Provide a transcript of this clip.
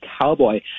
Cowboy